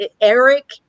Eric